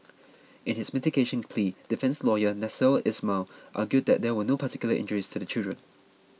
in his mitigation plea defence lawyer Nasser Ismail argued that there were no particular injuries to the children